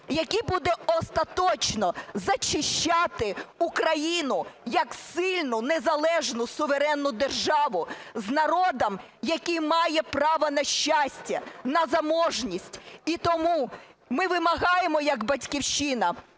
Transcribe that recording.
який буде остаточно зачищати Україну як сильну незалежну суверенну державу з народом, який має право на щастя, на заможність. І тому ми вимагаємо як "Батьківщина",